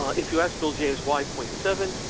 if you ask bill james why point seven,